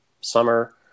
summer